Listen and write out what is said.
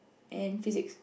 and physics